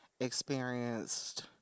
experienced